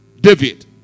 David